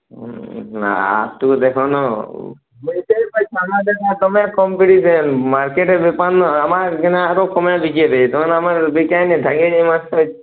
না আরটু দেখো ন কম্পিটিশন মার্কেটের ব্যাপার নয় আমার